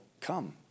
come